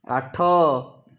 ଆଠ